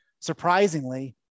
surprisingly